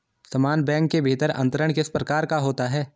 समान बैंक के भीतर अंतरण किस प्रकार का होता है?